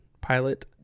pilot